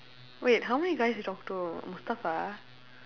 wait how many guys she talk to mustafa